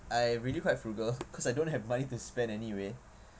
I really quite frugal because I don't have money to spend anyway